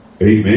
amen